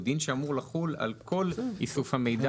הוא דין שאמור לחול על כל איסוף המידע